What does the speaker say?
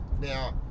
Now